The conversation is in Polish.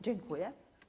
Dziękuję.